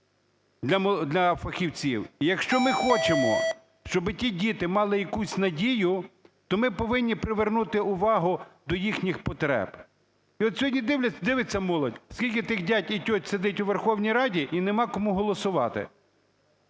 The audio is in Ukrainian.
для фахівців. І якщо ми хочемо, щоби ті діти мали якусь надію, то ми повинні привернути увагу до їхніх потреб. І от сьогодні дивиться молодь, скільки тих дядь і тьоть сидить у Верховній Раді, і нема кому голосувати.